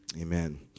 amen